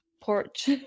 porch